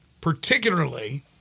particularly